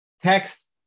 Text